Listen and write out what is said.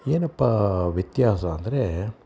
ಏನಪ್ಪ ವ್ಯತ್ಯಾಸ ಅಂದರೆ